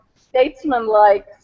statesman-like